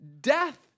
death